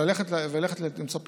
וללכת למצוא פתרון,